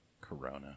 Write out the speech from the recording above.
Corona